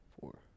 Four